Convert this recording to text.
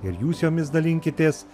ir jūs jomis dalinkitės